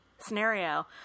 scenario